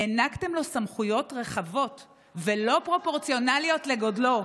הענקתם לו סמכויות רחבות ולא פרופורציונליות לגודלו,